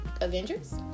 Avengers